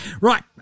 Right